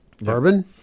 Bourbon